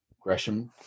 Gresham